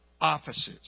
offices